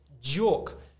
Joke